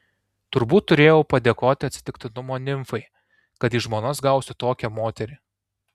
turbūt turėjau padėkoti atsitiktinumo nimfai kad į žmonas gausiu tokią moterį